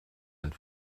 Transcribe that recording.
and